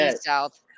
South